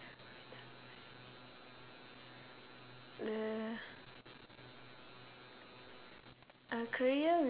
the a career